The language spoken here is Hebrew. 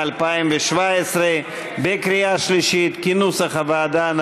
התשע"ז 2017, בקריאה שלישית, כנוסח הוועדה.